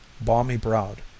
balmy-browed